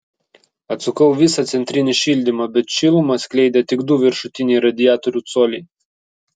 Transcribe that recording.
atsukau visą centrinį šildymą bet šilumą skleidė tik du viršutiniai radiatorių coliai